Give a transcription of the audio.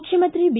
ಮುಖ್ಯಮಂತ್ರಿ ಬಿ